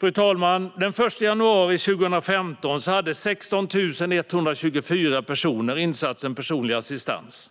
Fru talman! Den 1 januari 2015 hade 16 124 personer insatsen personlig assistans.